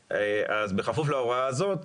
בכפוף להוראה הזאת,